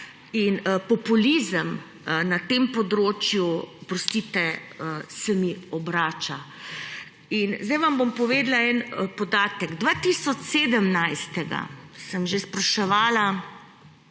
In populizem na tem področju, oprostite, se mi obrača. In zdaj vam bom povedala en podatek. Leta 2017 sem že spraševala